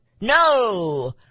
No